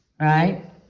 right